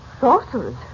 Sorcerers